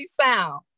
sound